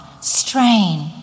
strain